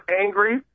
angry